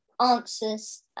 answers